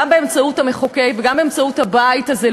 באמצעות המחוקק וגם באמצעות הבית הזה.